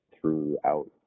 throughout